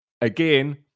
again